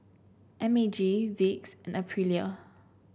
M A G Vicks and Aprilia